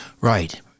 Right